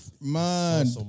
man